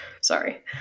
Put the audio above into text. Sorry